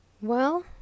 Well